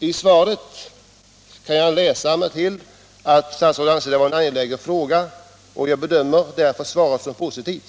I svaret kan jag läsa mig till att statsrådet anser detta vara en angelägen fråga, och jag bedömer därför svaret som positivt.